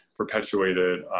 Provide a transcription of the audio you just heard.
perpetuated